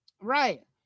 right